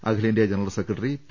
അഖിലേന്ത്യാ general secretary P